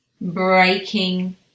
breaking